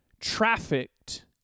trafficked